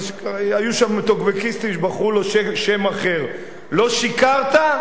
היו שם טוקבקיסטים שבחרו לו שם אחר: "לא שיקרת,